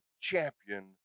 champion